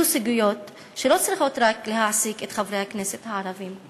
אלה סוגיות שלא צריכות להעסיק רק את חברי הכנסת הערבים.